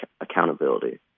accountability